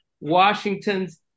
Washington's